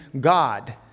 God